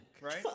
right